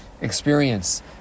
experience